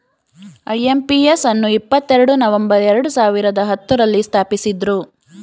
IMPS ಅನ್ನು ಇಪ್ಪತ್ತೆರಡು November ಎರಡು ಸಾವಿರದ ಹತ್ತುರಲ್ಲಿ ಸ್ಥಾಪಿಸಿದ್ದ್ರು